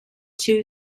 two